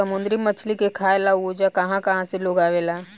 समुंद्री मछली के खाए ला ओजा कहा कहा से लोग आवेला